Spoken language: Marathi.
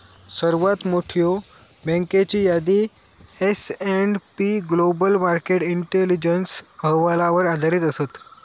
सर्वात मोठयो बँकेची यादी S and P Global Market Intelligence अहवालावर आधारित असत